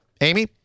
Amy